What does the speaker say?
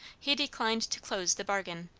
he declined to close the bargain,